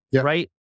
right